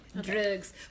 drugs